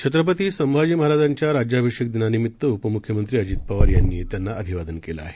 छत्रपतीसंभाजीमहाराजांच्याराज्याभिषेकदिनानिमित्तउपमुख्यमंत्रीअजितपवारयांनीत्यांनाअभिवादनकेलंआहे